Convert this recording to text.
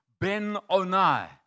Ben-Onai